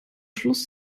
schluss